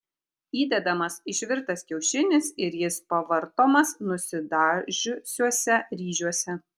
įdedamas išvirtas kiaušinis ir jis pavartomas nusidažiusiuose ryžiuose